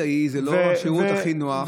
וזה גם לא כדאי, זה לא השירות הכי נוח.